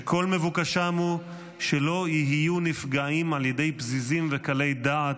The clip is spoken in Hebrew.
שכל מבוקשם הוא שלא יהיו נפגעים על ידי פזיזים וקלי דעת,